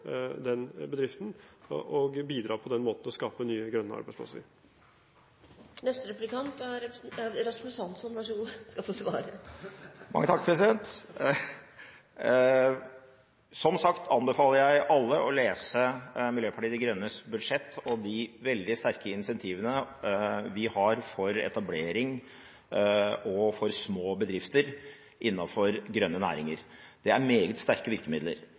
den bedriften og på den måten bidra til å skape nye, grønne arbeidsplasser. Som sagt anbefaler jeg alle å lese Miljøpartiet De Grønnes budsjett og de veldig sterke incentivene vi har for etablering og for små bedrifter innen grønne næringer. Det er meget sterke virkemidler.